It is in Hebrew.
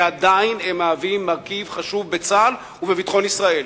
ועדיין הם מהווים מרכיב חשוב בצה"ל ובביטחון ישראל.